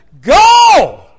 Go